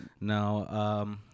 Now